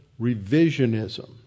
revisionism